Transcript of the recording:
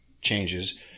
changes –